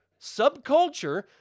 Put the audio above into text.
subculture